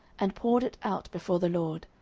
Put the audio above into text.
and poured it out before the lord,